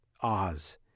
Oz